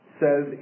says